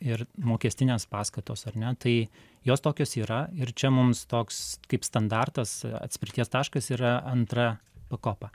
ir mokestinės paskatos ar ne tai jos tokios yra ir čia mums toks kaip standartas atspirties taškas yra antra pakopa